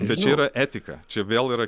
bet čia yra etika čia vėl yra